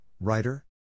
Writer